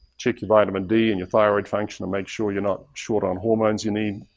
check your vitamin d and your thyroid function to make sure you're not short on hormones you need.